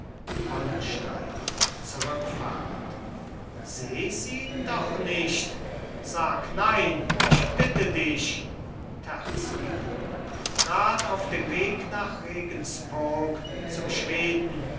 wallenstein zurückfahrend sesin doch nicht sag nein ich bitte dich terzky grad auf dem weg nach regenspurg zum schweden